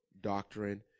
doctrine